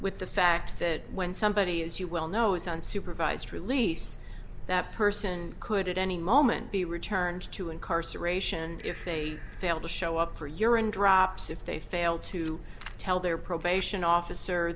with the fact that when somebody as you well know is on supervised release that person could at any moment be returned to incarceration if they fail to show up for urine drops if they fail to tell their probation officer